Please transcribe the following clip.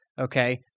okay